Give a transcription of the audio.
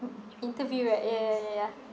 mm interview right ya ya ya ya